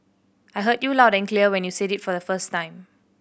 I heard you loud and clear when you said it for the first time